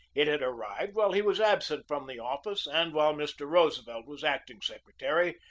it had arrived while he was absent from the office and while mr. roosevelt was acting secretary,